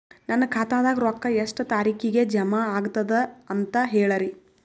ನನ್ನ ಖಾತಾದಾಗ ರೊಕ್ಕ ಎಷ್ಟ ತಾರೀಖಿಗೆ ಜಮಾ ಆಗತದ ದ ಅಂತ ಹೇಳರಿ?